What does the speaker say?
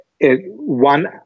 one